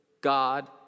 God